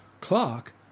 Clark